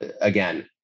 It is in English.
again